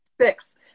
Six